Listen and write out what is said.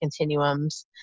continuums